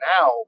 Now